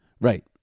Right